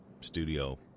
studio